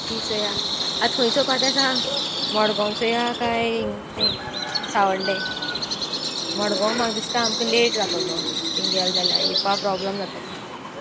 ती चोया आतां थंय चोपा ते सांग मडगांव चोया काय इंग तें सावर्डे मडगांव म्हाका दिसता आमकां लेट जातोलो तींग गेले जाल्यार येवपा प्रोब्लम जातोलो